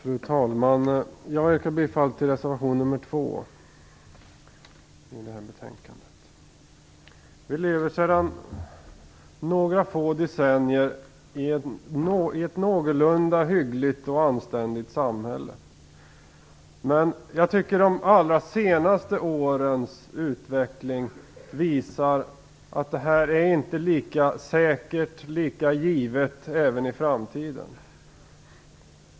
Fru talman! Jag yrkar bifall till reservation nr 2 i det här betänkandet. Vi lever sedan några få decennier i ett någorlunda hyggligt och anständigt samhälle. Men jag tycker att de allra senaste årens utveckling visar att detta inte är lika säkert och lika givet även i framtiden.